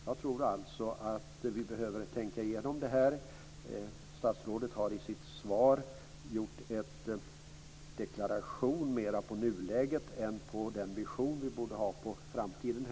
Jag tror alltså att vi behöver tänka igenom det här. Statsrådet har i sitt svar gjort en deklaration mer om nuläget än om den vision vi borde ha om framtiden.